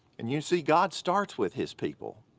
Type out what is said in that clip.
and you see, god starts with his people.